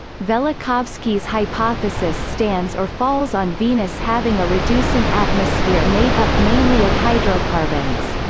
velikovsky's hypothesis stands or falls on venus having a reducing atmosphere made up mainly of hydrocarbons.